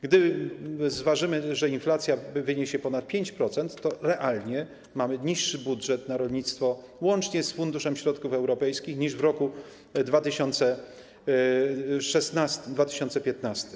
Gdy zważymy, że inflacja wyniesie ponad 5%, to realnie mamy niższy budżet na rolnictwo, łącznie z funduszem środków europejskich, niż w roku 2015.